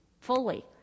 fully